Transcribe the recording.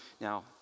Now